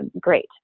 great